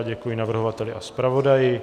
Děkuji navrhovateli a zpravodaji.